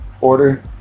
order